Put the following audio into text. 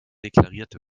deklariert